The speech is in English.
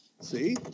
See